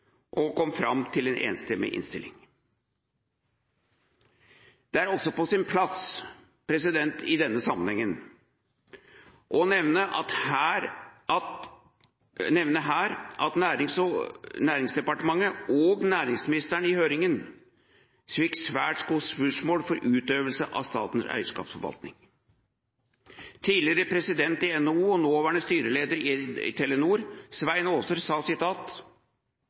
og kom fram til en enstemmig innstilling. Det er også på sin plass i denne sammenhengen å nevne at Næringsdepartementet og næringsministeren i høringen fikk svært gode skussmål for utøvelse av statens eierskapsforvaltning. Tidligere president i NHO og nåværende styreleder i Telenor, Svein Aaser, sa: